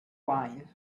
wine